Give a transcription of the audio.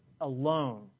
alone